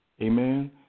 Amen